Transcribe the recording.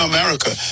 America